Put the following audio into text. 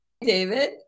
David